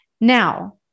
now